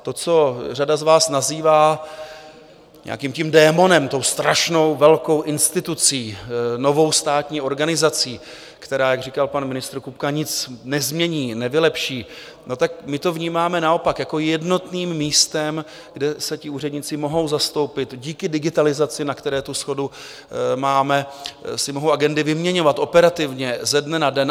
To, co řada z vás nazývá nějakým démonem, tou strašnou velkou institucí, novou státní organizací, která, jak říkal pan ministr Kupka, nic nezmění, nevylepší, no tak my to vnímáme naopak jako jednotné místo, kde se ti úředníci mohou zastoupit díky digitalizaci, na které tu shodu máme, mohou si agendy vyměňovat operativně, ze dne na den.